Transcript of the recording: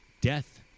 Death